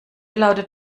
lautet